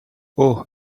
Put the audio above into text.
اوه